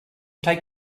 take